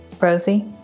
Rosie